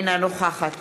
אינה נוכחת